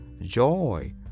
joy